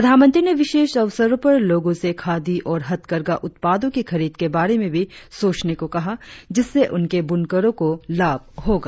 प्रधानमंत्री ने विशेष अवसरों पर लोगों से खादी और हथकरधा उत्पादों की खरीद के बारे में भी सोचने को कहा जिससे अनेक बुनकरों को लाभ होगा